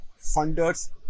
funders